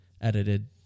edited